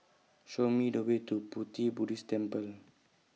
Show Me The Way to Pu Ti Buddhist Temple